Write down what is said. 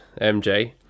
MJ